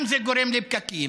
זה גורם גם לפקקים,